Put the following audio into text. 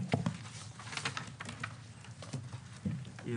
12:13.